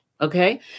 Okay